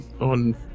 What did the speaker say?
on